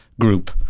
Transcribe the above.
group